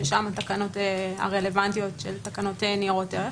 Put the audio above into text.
שם התקנות הרלוונטיות של תקנות ניירות ערך,